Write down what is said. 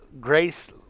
grace